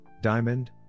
Diamond